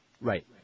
Right